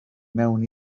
mewn